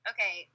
Okay